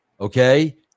okay